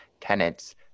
tenants